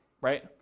right